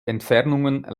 entfernungen